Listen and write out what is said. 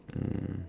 mm